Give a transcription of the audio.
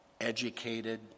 educated